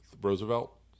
Roosevelt